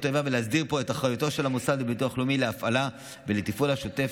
איבה ולהסדיר את אחריותו של המוסד לביטוח לאומי להפעלה ולתפעול השוטף